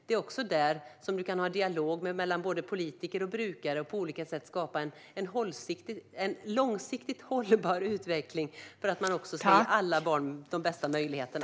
Det är också där som vi kan ha dialog mellan politiker och brukare och på olika sätt skapa en långsiktigt hållbar utveckling för att man ska ge alla barn de bästa möjligheterna.